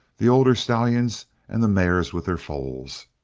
the older stallions and the mares with their foals.